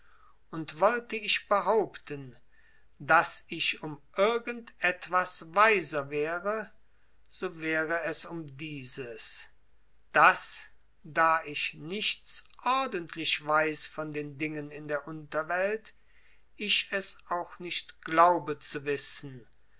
und wollte ich behaupten daß ich um irgend etwas weiser wäre so wäre es um dieses daß da ich nichts ordentlich weiß von den dingen in der unterwelt ich es auch nicht glaube zu wissen